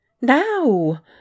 Now